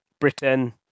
Britain